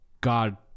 God